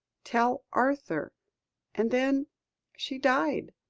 tell arthur' and then she died.